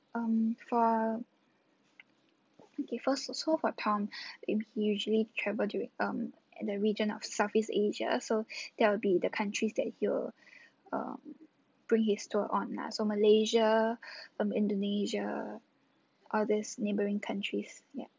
um for okay first so for tom he usually travel during um the region of southeast asia so that will be the countries that he'll bring his tour on lah so malaysia um indonesia all these neighbouring countries ya